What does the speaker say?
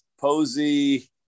posey